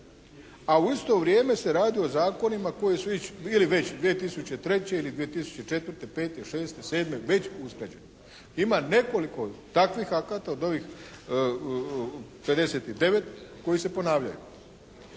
a u isto vrijeme se radi o zakonima koji su ili već 2003. ili 2004., 2005., 2006., 2007. već usklađeni. Ima nekoliko takvih akata od ovih 59, koji se ponavljaju.